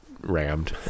rammed